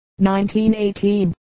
1918